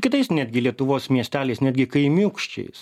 kitais netgi lietuvos miesteliais netgi kaimiūkščiais